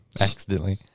Accidentally